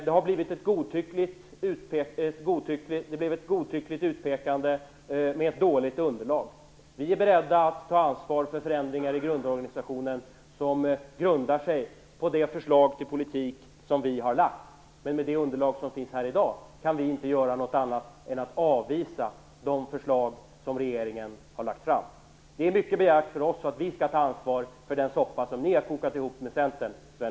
Det blev ett godtyckligt utpekande med ett dåligt underlag som grund. Vi är beredda att ta ansvar för förändringar i grundorganisationen, som grundar sig på det förslag till politik som vi har lagt fram. Men med det underlag som finns här i dag kan vi inte göra något annat än att avvisa de förslag som regeringen har lagt fram. Det är mycket begärt att vi skall ta ansvar för den soppa som ni har kokat ihop med Centern, Sven